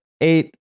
eight